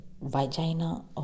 vagina